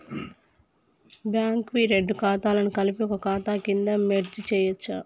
Bank వి రెండు ఖాతాలను కలిపి ఒక ఖాతా కింద మెర్జ్ చేయచ్చా?